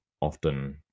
often